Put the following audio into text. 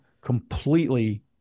completely